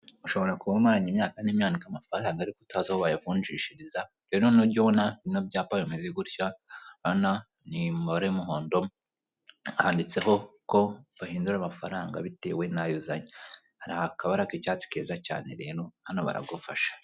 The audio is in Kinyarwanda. Ushobora kuba umaranye imyaka n'imyandika amafaranga ariko utazi uwo wayavunjishiriza, rero nujya ubona bino byapa bimeze gutya, urabona ni mu mabara y'umuhondo, handitseho ko bahindura amafaranga bitewe na'yo uzanye, hari akabara k'icyatsi keza cyane, rero hano baragufasha.